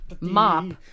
mop